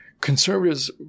conservatives